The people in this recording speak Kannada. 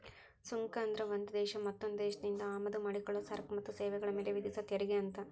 ಸುಂಕ ಅಂದ್ರ ಒಂದ್ ದೇಶ ಮತ್ತೊಂದ್ ದೇಶದಿಂದ ಆಮದ ಮಾಡಿಕೊಳ್ಳೊ ಸರಕ ಮತ್ತ ಸೇವೆಗಳ ಮ್ಯಾಲೆ ವಿಧಿಸೊ ತೆರಿಗೆ ಅಂತ